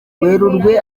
werurwe